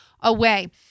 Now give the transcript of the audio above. away